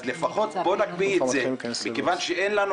אז לפחות בואו נקפיא אותו כי אין לנו